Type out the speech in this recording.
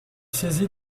saisie